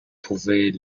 pouvez